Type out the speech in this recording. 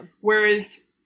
Whereas